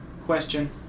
question